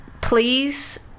please